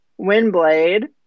Windblade